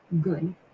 good